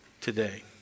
today